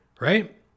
right